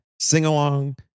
sing-along